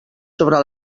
sobre